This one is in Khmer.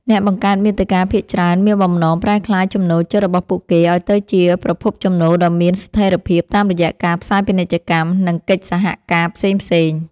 អ្នកបង្កើតមាតិកាភាគច្រើនមានបំណងប្រែក្លាយចំណូលចិត្តរបស់ពួកគេឱ្យទៅជាប្រភពចំណូលដ៏មានស្ថេរភាពតាមរយៈការផ្សាយពាណិជ្ជកម្ម និងកិច្ចសហការផ្សេងៗ។